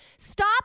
stop